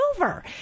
over